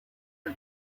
are